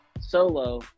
Solo